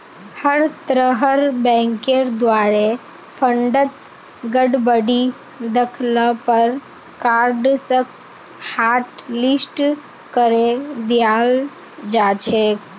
हर तरहर बैंकेर द्वारे फंडत गडबडी दख ल पर कार्डसक हाटलिस्ट करे दियाल जा छेक